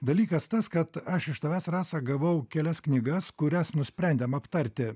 dalykas tas kad aš iš tavęs rasa gavau kelias knygas kurias nusprendėm aptarti